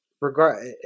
regard